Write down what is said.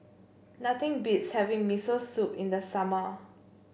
nothing beats having Miso Soup in the summer